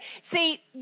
See